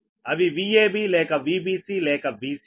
అవి VAB లేక VBC లేక VCA